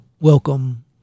welcome